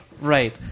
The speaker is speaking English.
Right